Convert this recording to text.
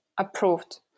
approved